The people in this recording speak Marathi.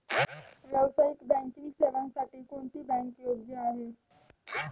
व्यावसायिक बँकिंग सेवांसाठी कोणती बँक योग्य आहे?